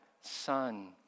Son